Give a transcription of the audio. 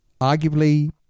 Arguably